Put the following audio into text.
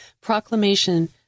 proclamation